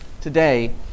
today